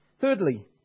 Thirdly